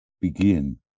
begin